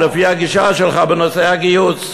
לפי הגישה שלך בנושא הגיוס.